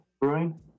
Brewing